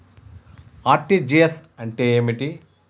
RTGS అంటే ఏమిటి?